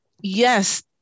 yes